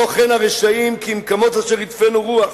לא כן הרשעים, כי אם כמץ אשר תדפנו רוח".